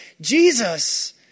Jesus